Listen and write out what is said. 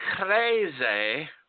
crazy